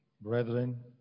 brethren